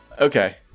Okay